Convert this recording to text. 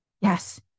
Yes